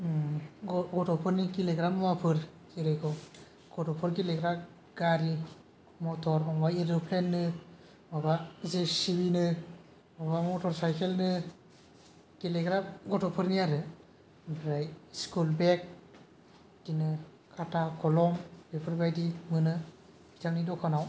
गथ'फोरनि गेलेग्रा मुवाफोर गथ'फोर गेलेग्रा गारि मथर माबा एरुफेननो माबा जे सि बि नो माबा मथर साइकेल नो गेलेग्रा गथ'फोरनि आरो ओमफ्राय स्कुल बेग बिदिनो खाटा कलम बेफोरबादि मोनो बिथांनि दखानाव